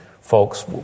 folks